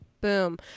boom